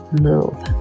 move